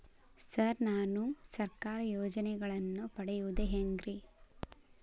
Sir ನಾನು ಸರ್ಕಾರ ಯೋಜೆನೆಗಳನ್ನು ಪಡೆಯುವುದು ಹೆಂಗ್ರಿ?